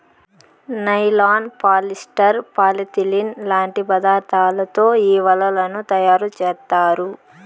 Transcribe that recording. nylon, polyester, polyethylene లాంటి పదార్థాలతో ఈ వలలను తయారుచేత్తారు